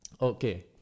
Okay